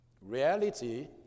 Reality